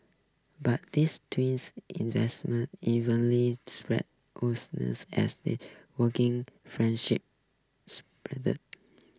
but this twins investment spread as they working friendship